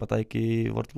pataikė į vartų